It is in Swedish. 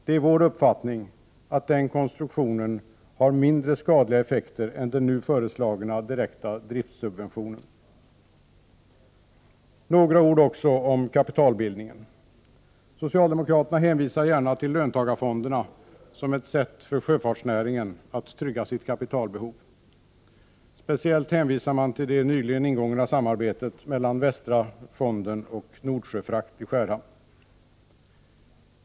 Det är vår uppfattning att den konstruktionen har mindre skadliga effekter än den nu föreslagna direkta driftsubventionen. Jag vill också säga några ord om kapitalbildningen. Socialdemokraterna hänvisar till löntagarfonderna som ett sätt för sjöfartsnäringen att trygga sitt kapitalbehov. Speciellt hänvisar de till det nyligen ingångna samarbetet mellan västra fonden och Nordsjöfrakt.